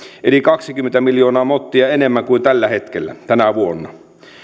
eli kaksikymmentä miljoonaa mottia enemmän kuin tällä hetkellä tänä vuonna